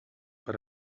per